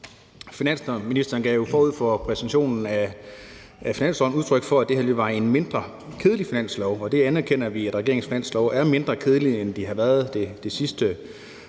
Finansministeren gav jo forud for præsentationen af finanslovsforslaget udtryk for, at det her var et mindre kedeligt finanslovsforslag. Og vi anerkender, at regeringens finanslovsforslag er mindre kedeligt, end det har været det sidste